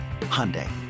Hyundai